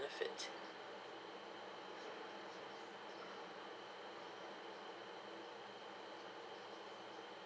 benefit